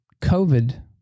COVID